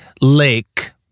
Lake